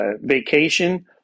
vacation